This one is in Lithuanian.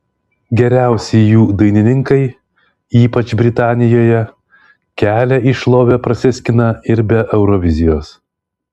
geriausi jų dainininkai ypač britanijoje kelią į šlovę prasiskina ir be eurovizijos